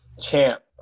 Champ